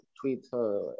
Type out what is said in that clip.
twitter